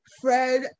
Fred